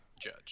judge